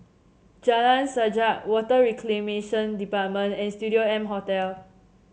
Jalan Sajak Water Reclamation Department and Studio M Hotel